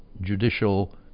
judicial